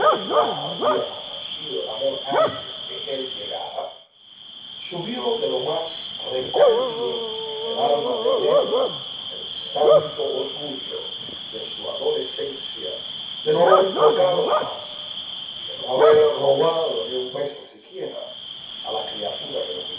que ya había conocido el amor antes que él llegara subió de lo más recóndito del alma de nébel el santo orgullo de su adolescencia de no haber tocado jamás de no haber robado ni un beso siquiera a la criatura que lo